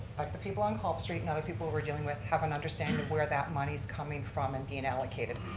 like the people on culp street and other people we're dealing with have an understanding of where that money is coming from and being allocated.